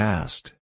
Past